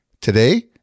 Today